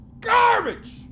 garbage